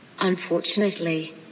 Unfortunately